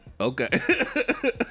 okay